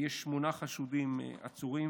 יש שמונה חשודים עצורים,